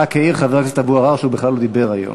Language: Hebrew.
רק העיר חבר הכנסת אבו עראר שהוא בכלל לא דיבר היום,